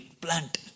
plant